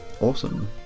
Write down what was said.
Awesome